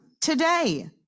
today